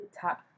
top